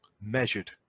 measured